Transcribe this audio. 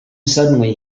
suddenly